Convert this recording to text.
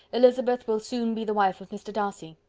elizabeth will soon be the wife of mr. darcy.